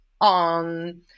on